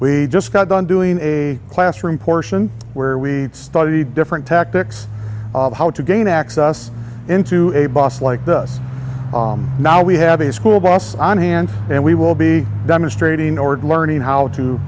we just got done doing a classroom portion where we studied different tactics how to gain access into a bus like this now we have a school bus on hand and we will be demonstrating in order learning how to